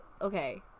okay